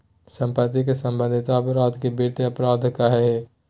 सम्पत्ति से सम्बन्धित अपराध के वित्तीय अपराध कहइ हइ